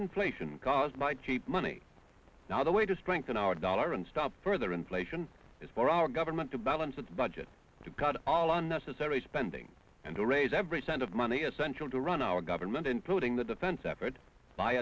inflation caused by cheap money not a way to strengthen our dollar and stop further inflation is for our government to balance its budget to cut all unnecessary spending and to raise every cent of money essential to run our government including the defense efforts by